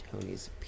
Tony's